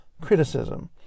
criticism